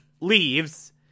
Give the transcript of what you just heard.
leaves